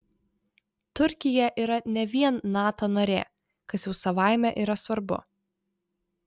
turkija yra ne vien nato narė kas jau savaime yra svarbu